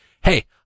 hey